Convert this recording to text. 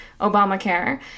Obamacare